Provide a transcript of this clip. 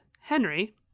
Henry